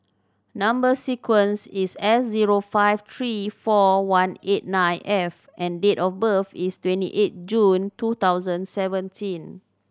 number sequence is S zero five three four one eight nine F and date of birth is twenty eight June two thousand seventeen